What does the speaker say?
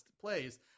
plays